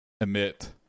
Emit